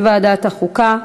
לוועדת החוקה,